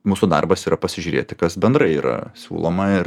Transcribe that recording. mūsų darbas yra pasižiūrėti kas bendrai yra siūloma ir